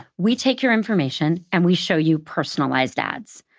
we take your information, and we show you personalized ads.